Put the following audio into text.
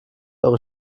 eure